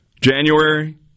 January